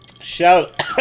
Shout